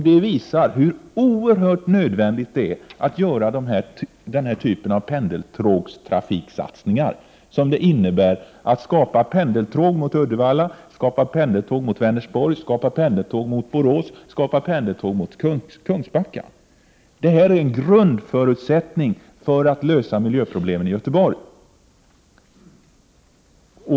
Det visar hur absolut nödvändigt det är att göra satsningar på den typ av pendeltåg som det innebär att skapa pendeltåg mot Uddevalla, pendeltåg mot Vänersborg, pendeltåg mot Borås och pendeltåg mot Kungsbacka. Detta är en grundläggande förutsättning för att lösa miljöproblemen i Göteborg.